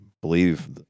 believe